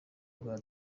rwa